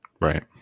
Right